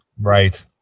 Right